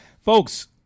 folks